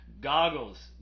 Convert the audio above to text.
goggles